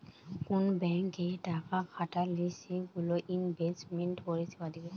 কুন ব্যাংকে টাকা খাটালে সেগুলো ইনভেস্টমেন্ট পরিষেবা দিবে